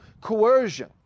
coercion